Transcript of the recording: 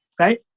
Right